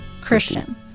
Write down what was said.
Christian